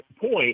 point